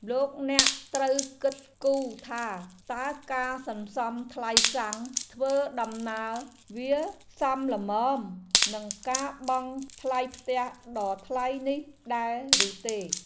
លោកអ្នកត្រូវគិតគូរថាតើការសន្សំថ្លៃសាំងធ្វើដំណើរវាសមល្មមនឹងការបង់ថ្លៃផ្ទះដ៏ថ្លៃនេះដែរឬទេ។